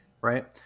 right